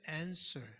answer